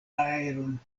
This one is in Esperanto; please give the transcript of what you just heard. aeron